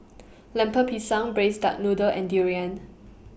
Lemper Pisang Braised Duck Noodle and Durian